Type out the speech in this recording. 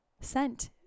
sent